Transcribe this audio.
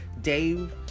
Dave